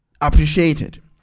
appreciated